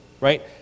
right